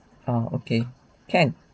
oh okay can